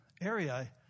area